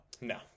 No